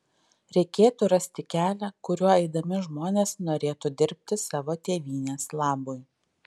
reikėtų rasti kelią kuriuo eidami žmonės norėtų dirbti savo tėvynės labui